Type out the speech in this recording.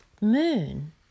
moon